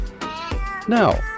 Now